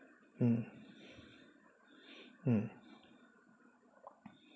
mm mm